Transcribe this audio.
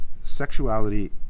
Sexuality